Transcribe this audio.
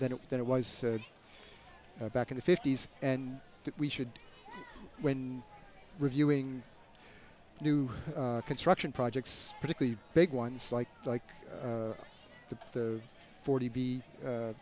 than it than it was back in the fifty's and that we should when reviewing new construction projects particularly big ones like like the the forty b